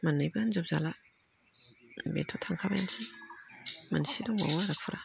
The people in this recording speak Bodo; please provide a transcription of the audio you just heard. मोननैबो होनजोबजाला बेथ' थांखाबायानोसै मोनसे दंबावो आरो फुरा